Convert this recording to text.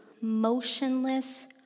motionless